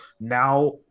Now